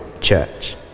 church